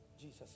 Jesus